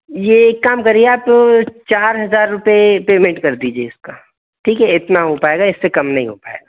ये एक काम करिए आप चार हज़ार रुपये पेमेंट कर दीजिए इसका ठीक है इतना हो पाएगा इससे कम नहीं हो पाएगा